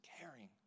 caring